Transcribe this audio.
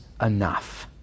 enough